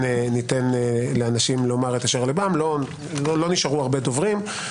ניתן לאנשים לומר את שעל ליבם לא נשארו הרבה דוברים.